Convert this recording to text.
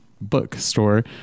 bookstore